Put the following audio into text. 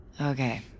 Okay